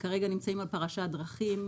כרגע נמצאים על פרשת דרכים,